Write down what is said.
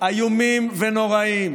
איומים ונוראים